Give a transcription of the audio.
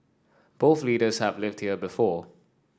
both leaders have lived here before